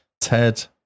Ted